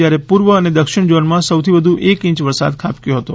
જ્યારે પૂર્વ અને દક્ષિણ ઝોનમાં સૌથી વધુ એક ઇંચ વરસાદ ખાબક્યો હતો